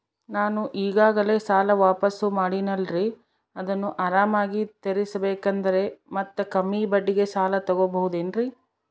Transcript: ನಾನು ಈಗಾಗಲೇ ಸಾಲ ವಾಪಾಸ್ಸು ಮಾಡಿನಲ್ರಿ ಅದನ್ನು ಆರಾಮಾಗಿ ತೇರಿಸಬೇಕಂದರೆ ಮತ್ತ ಕಮ್ಮಿ ಬಡ್ಡಿಗೆ ಸಾಲ ತಗೋಬಹುದೇನ್ರಿ?